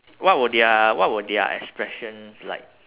what were their what were their expressions like